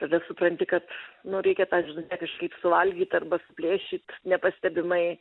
tada supranti kad nu reikia tą žinutę kažkaip suvalgyt arba suplėšyt nepastebimai